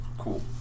Cool